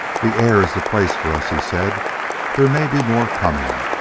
the air is the place for us, he said there may be more coming.